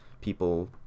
people